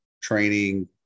training